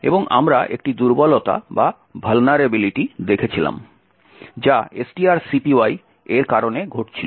এবং আমরা একটি দুর্বলতা দেখেছিলাম যা strcpy এর কারণে ঘটছিল